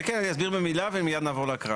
כן, כן, אני אסביר במילה ומיד נעבור להקראה.